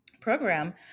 program